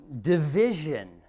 division